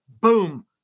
boom